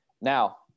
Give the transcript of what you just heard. Now